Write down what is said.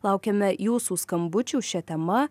laukiame jūsų skambučių šia tema